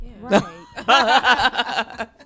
Right